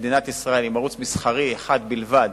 מדינת ישראל עם ערוץ מסחרי אחד בלבד,